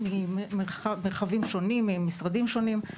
הם ממרחבים שונים ומשרדים שונים.